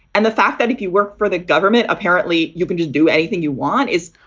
and the fact that if you work for the government, apparently you can do anything you want is